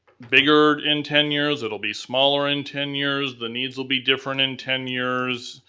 bigger in ten years, it'll be smaller in ten years, the needs will be different in ten years.